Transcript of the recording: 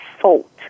fault